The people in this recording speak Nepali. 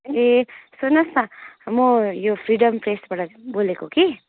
ए सुन्नुहोस् न म यो फ्रिडम प्रेसबाट बोलेको कि